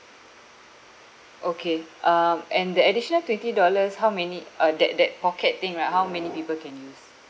okay um and the additional twenty dollars how many uh that that pocket thing right how many people can use